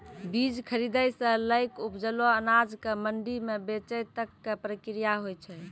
बीज खरीदै सॅ लैक उपजलो अनाज कॅ मंडी म बेचै तक के प्रक्रिया हौय छै